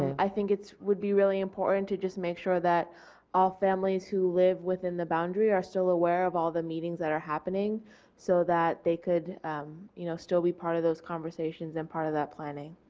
i think it would be really important to just make sure that all families who live within the boundary are still aware of all the meetings that are happening so that they could you know still be part of those conversations and part of that planning.